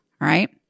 right